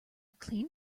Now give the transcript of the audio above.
clean